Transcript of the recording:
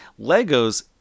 legos